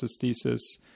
thesis